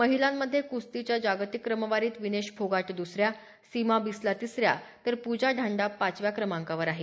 महिलांमध्ये कुस्तीच्या जागतिक क्रमवारीत विनेश फोगाट दुसऱ्या सीमा बिस्ला तिसऱ्या तर पुजा ढांडा पाचव्या क्रमांकावर आहे